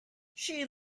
she